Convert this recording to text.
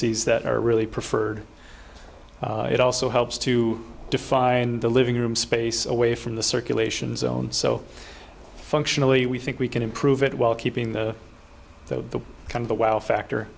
ies that are really preferred it also helps to define the living room space away from the circulation zone so functionally we think we can improve it while keeping the kind of the wow factor